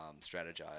strategize